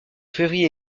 février